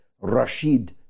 Rashid